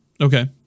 Okay